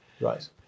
Right